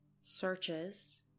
Searches